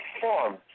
form